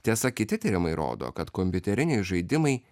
tiesa kiti tyrimai rodo kad kompiuteriniai žaidimai